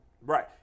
Right